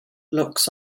looks